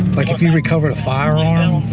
like, if you recovered a firearm,